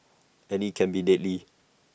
and IT can be deadly